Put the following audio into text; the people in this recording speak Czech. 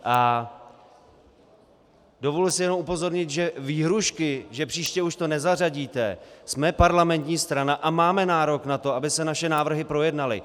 A dovoluji si jen upozornit, že výhrůžky, že příště už to nezařadíte jsme parlamentní strana a máme nárok na to, aby se naše návrhy projednaly.